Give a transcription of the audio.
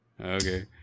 Okay